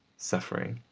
suffering,